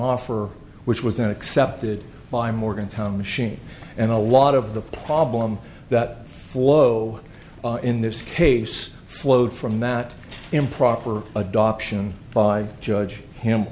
offer which was then accepted by morgantown machine and a lot of the problem that flow in this case flowed from that improper adoption by judge him